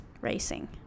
racing